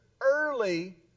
early